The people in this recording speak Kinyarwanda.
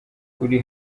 uri